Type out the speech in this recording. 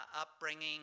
upbringing